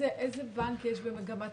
--- איזה בנק יש במגמת